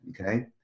okay